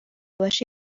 باشه